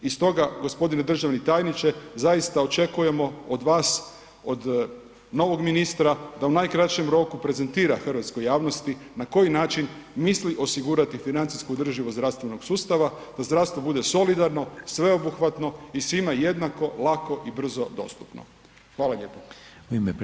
I stoga gospodine državni tajniče zaista očekujemo od vas, od novog ministra da u najkraćem roku prezentira hrvatskoj javnosti na koji način misli osigurati financijsku održivost zdravstvenog sustava da zdravstvo bude solidarno, sveobuhvatno i svima jednako, lako i brzo dostupno.